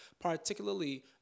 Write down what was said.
particularly